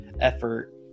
effort